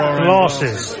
glasses